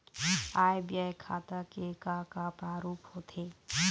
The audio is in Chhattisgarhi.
आय व्यय खाता के का का प्रारूप होथे?